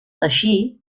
així